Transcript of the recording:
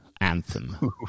anthem